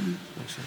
בבקשה.